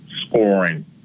scoring